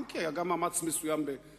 אם כי היה גם מאמץ מסוים בחזית,